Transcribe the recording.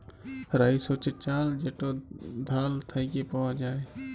rice হছে চাল যেট ধাল থ্যাইকে পাউয়া যায়